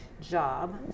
job